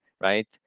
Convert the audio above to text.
right